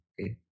Okay